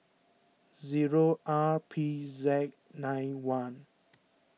zero R P Z nine one